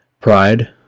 Pride